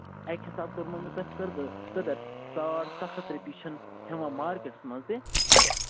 اَکہِ حِسابہٕ کوٚرمو مےٚ تۄہہِ قَدٕر قَدٕر ساڑ سَتھ ہَتھ رۄپیہِ چھِنہٕ ہٮ۪وان مارکیٹَس منٛز تہِ کیٚنہہ